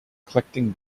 collecting